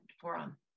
forum